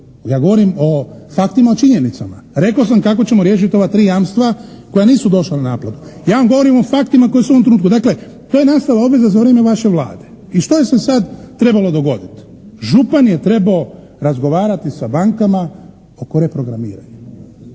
Ja govorim o faktima, o činjenicama. Rekao sam kako ćemo riješiti ova tri jamstva koja nisu došla na naplatu. Ja vam govorim o faktima koji su u ovom trenutku, dakle to je nastala obveza za vrijeme vaše Vlade i što joj se sad trebalo dogoditi. Župan je trebao razgovarati sa bankama oko reprogramiranja.